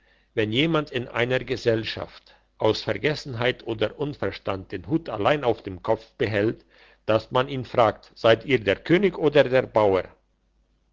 wenn jemand in einer gesellschaft aus vergessenheit oder unverstand den hut allein auf dem kopf behält dass man ihn fragt seid ihr der könig oder der bauer